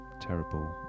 terrible